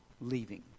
leaving